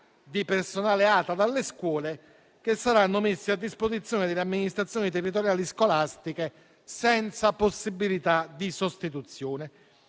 di personale ATA dalle scuole, che saranno messe a disposizione delle amministrazioni territoriali scolastiche senza possibilità di sostituzione.